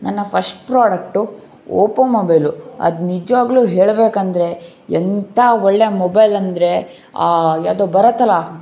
ನನ್ನ first product Oppo mobile ಅದು ನಿಜವಾಗ್ಲು ಹೇಳಬೇಕಂದ್ರೆ ಎಂಥ ಒಳ್ಳೆ ಮೊಬೈಲ್ ಅಂದರೆ ಯಾವುದೋ ಬರುತ್ತಲ್ಲ